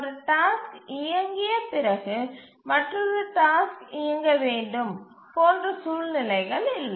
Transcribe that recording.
ஒரு டாஸ்க் இயங்கிய பிறகு மற்றொரு டாஸ்க் இயங்க வேண்டும் போன்ற சூழ்நிலைகள் இல்லை